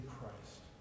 Christ